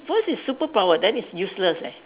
first is superpower then it's useless leh